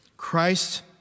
Christ